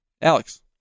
Alex